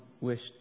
wished